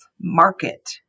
market